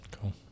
cool